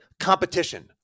competition